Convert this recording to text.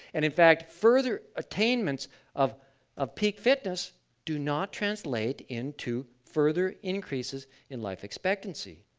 and in fact, further attainments of of peak fitness do not translate into further increases in life expectancy.